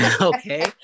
Okay